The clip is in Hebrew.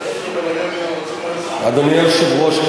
אדוני היושב-ראש,